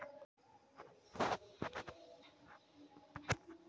ग्राहक अउर बैंक के बीचे ही खाता जांचे के विवरण रख सक ल ह